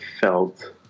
felt